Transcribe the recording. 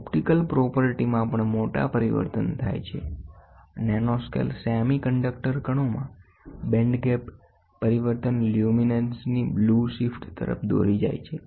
optical પ્રોપર્ટીમાં પણ મોટા પરિવર્તન થાય છે નેનોસ્કેલ સેમિકન્ડક્ટર કણોમાં બેન્ડ ગેપ પરિવર્તન લ્યુમિનેસનેસની બ્લૂ શિફ્ટ તરફ દોરી જાય છે